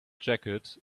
jacket